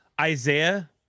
Isaiah